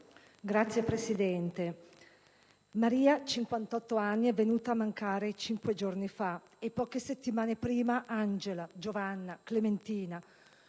Signor Presidente, Maria, 58 anni, è venuta a mancare cinque giorni fa; e poche settimane prima Angela, Giovanna, Clementina.